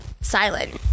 silent